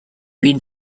been